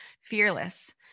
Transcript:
fearless